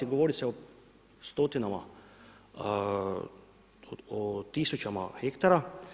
Govori se o stotinama, o tisućama hektara.